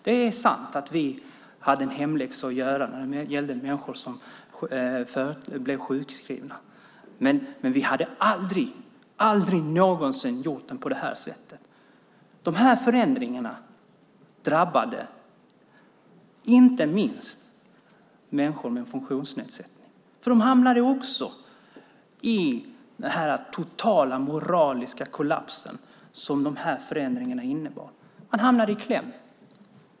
Det är sant att vi hade en hemläxa att göra när det gäller människor som blev sjukskrivna, men vi hade aldrig någonsin gjort det på det här sättet. Förändringarna drabbade inte minst människor med funktionsnedsättning. De blev drabbade av den totala moraliska kollaps som de här förändringarna medförde; de hamnade i kläm.